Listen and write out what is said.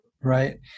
right